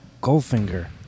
Goldfinger